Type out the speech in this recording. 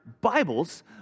Bibles